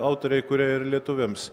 autoriai kurie ir lietuviams